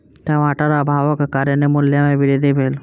टमाटर अभावक कारणेँ मूल्य में वृद्धि भेल